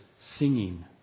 singing